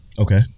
Okay